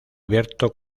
abierto